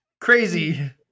crazy